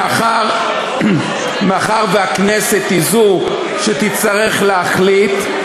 מאחר שהכנסת היא שתצטרך להחליט,